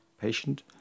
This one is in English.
patient